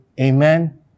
Amen